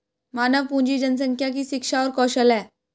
मानव पूंजी जनसंख्या की शिक्षा और कौशल है